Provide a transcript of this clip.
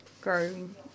growing